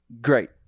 great